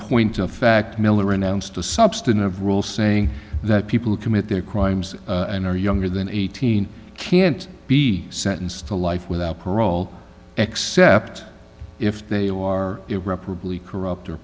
point of fact miller announced a substantive rule saying that people who commit their crimes and are younger than eighteen can't be sentenced to life without parole except if they are irreparably corrupt or